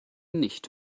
nicht